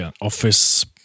office